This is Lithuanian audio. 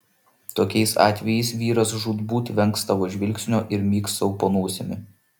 tokiais atvejais vyras žūtbūt vengs tavo žvilgsnio ir myks sau po nosimi